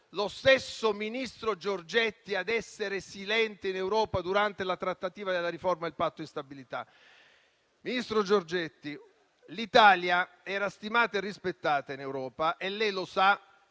lo stesso ministro Giorgetti ad essere silente in Europa durante la trattativa della riforma del Patto di stabilità. Ministro Giorgetti, l'Italia era stimata e rispettata in Europa e lei lo sa,